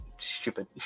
stupid